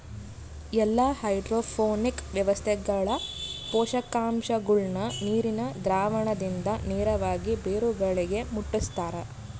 ಎಲ್ಲಾ ಹೈಡ್ರೋಪೋನಿಕ್ಸ್ ವ್ಯವಸ್ಥೆಗಳ ಪೋಷಕಾಂಶಗುಳ್ನ ನೀರಿನ ದ್ರಾವಣದಿಂದ ನೇರವಾಗಿ ಬೇರುಗಳಿಗೆ ಮುಟ್ಟುಸ್ತಾರ